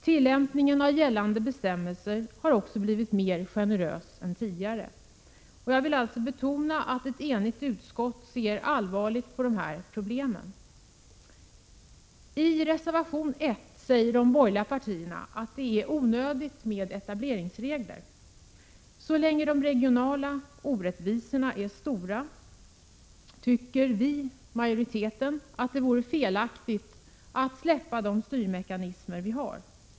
Tillämpningen av gällande bestämmelser har också blivit mer generös än tidigare. Jag vill betona att utskottet ser allvarligt på de här problemen. I reservation 1 säger de borgerliga partierna att det är onödigt med etableringsregler. Så länge de regionala orättvisorna är stora, tycker vi i majoriteten att det vore felaktigt att släppa de styrmekanismer vi har.